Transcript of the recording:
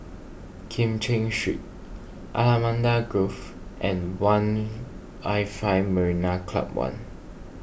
Kim Cheng Street Allamanda Grove and one'l Five Marina Club one